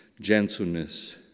gentleness